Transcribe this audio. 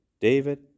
david